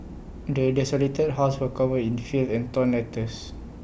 the desolated house was covered in filth and torn letters